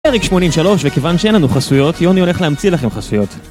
פרק 83, וכיוון שאין לנו חסויות, יוני הולך להמציא לכם חסויות.